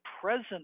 present